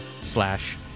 slash